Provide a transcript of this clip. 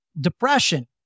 depression